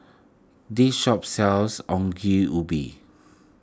this shop sells Ongol Ubi